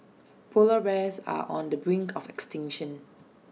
Polar Bears are on the brink of extinction